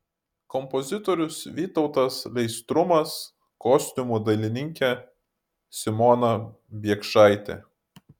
kompozitorius vytautas leistrumas kostiumų dailininkė simona biekšaitė